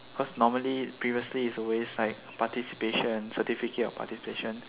cause normally previously is always like participation certificate of participation